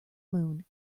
moon